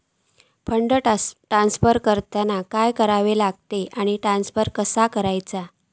Fund transfer करताना काय करुचा लगता आनी ट्रान्स्फर कसो करूचो?